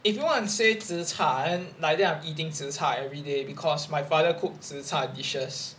if you want to say zi char then like that I'm eating zi char everyday because my father cook zi char dishes